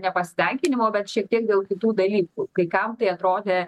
nepasitenkinimo bet šiek tiek dėl kitų dalykų kai kam tai atrodė